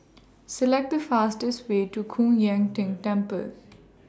Select The fastest Way to Koon Ying Ting Temple